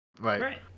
Right